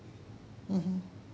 mm